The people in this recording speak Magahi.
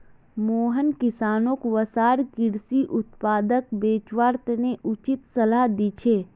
मोहन किसानोंक वसार कृषि उत्पादक बेचवार तने उचित सलाह दी छे